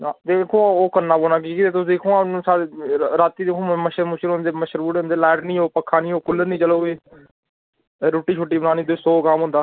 हां बिल्कुल ओह् करना पौना की के तुस दिक्खो हां हून सा रातीं मच्छर मुच्छर होंदे मच्छर पुड़दे लैट निं होग ता पक्खा निं होग कूलर निं चलग भी रुट्टी शुट्टी बनानी ते सौ कम्म होंदा